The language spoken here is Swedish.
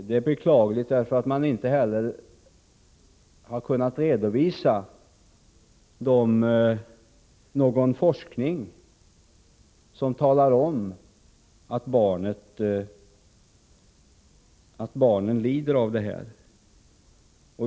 Det är beklagligt därför att man inte heller har kunnat redovisa någon forskning som klargör att barnen lider av sin okunnighet i denna fråga.